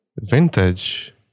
Vintage